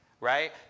right